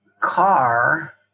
car